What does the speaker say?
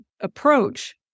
approach